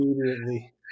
immediately